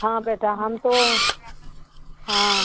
हाँ बेटा हम तो हाँ